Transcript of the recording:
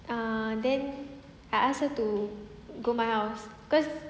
ah then I ask her to go my house cause